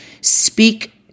speak